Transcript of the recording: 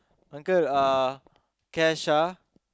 uncle uh cash ah